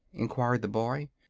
enquired the boy.